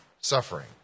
suffering